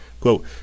Quote